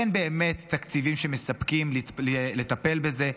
ואין באמת תקציבים שמספקים לטפל בזה.